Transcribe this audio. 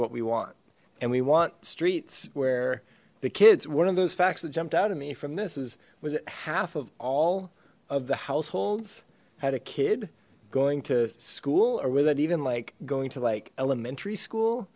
what we want and we want streets where the kids one of those facts that jumped out at me from this was was it half of all of the households had a kid going to school or was that even like going to like elementary school